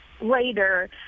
later